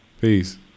Peace